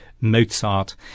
Mozart